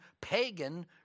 pagan